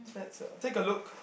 let's uh take a look